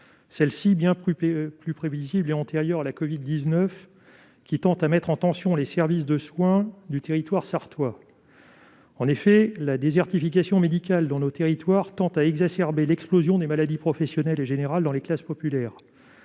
Bien plus prévisible et antérieure à la covid-19, elle met en tension les services de soin du territoire sarthois. En effet, la désertification médicale dans nos territoires tend à exacerber l'explosion des maladies professionnelles et générales dans les classes populaires.